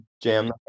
jam